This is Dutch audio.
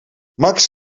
max